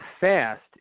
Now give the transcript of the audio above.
fast